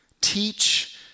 Teach